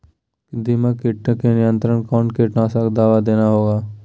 दीमक किट के नियंत्रण कौन कीटनाशक दवा देना होगा?